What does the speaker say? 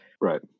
right